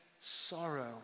sorrow